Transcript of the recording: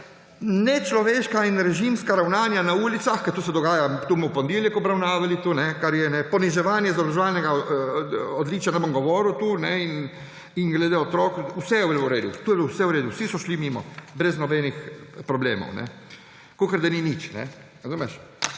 nečloveška in režimska ravnanja na ulicah, ker to se dogaja, to bomo v ponedeljek obravnavali, kar je, poniževalnega izobraževalnega odličja – ne bom govoril tu, in glede otrok, vse je bilo v redu, to je bilo vse v redu, vsi so šli mimo, brez nobenih problemov, kakor da ni nič. Eden je